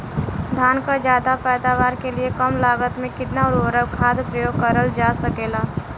धान क ज्यादा पैदावार के लिए कम लागत में कितना उर्वरक खाद प्रयोग करल जा सकेला?